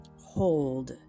hold